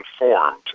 informed